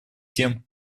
тем